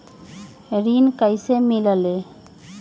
ऋण कईसे मिलल ले?